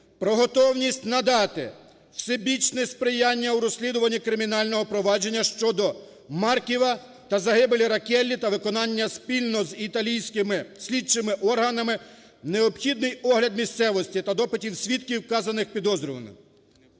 про готовність надати всебічне сприяння у розслідуванні кримінального провадження щодо Марківа та загибелі Рокеллі та виконання спільно з італійськими слідчими органами необхідний огляд місцевості та допитів свідків, вказаних підозрюваним.